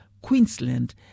Queensland